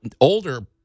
older